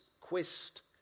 quest